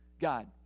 God